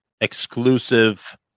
exclusive